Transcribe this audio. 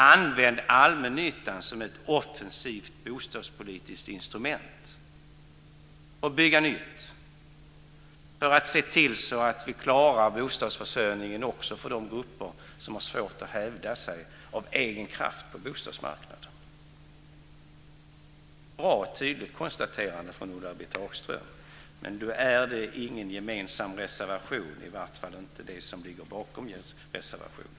Använd allmännyttan som ett offensivt bostadspolitiskt instrument för att bygga nytt och se till att vi klarar bostadsförsörjningen också för de grupper som har svårt att hävda sig av egen kraft på bostadsmarknaden! Det var ett bra och tydligt konstaterande från Ulla-Britt Hagström. Då är det ingen gemensam reservation, i varje fall inget gemensamt som ligger bakom reservationen.